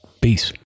peace